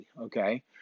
okay